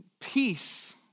peace